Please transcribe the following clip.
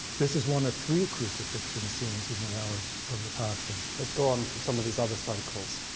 this is one of three crucifixion scenes in the hours of the passion. let's go on to some of these other cycles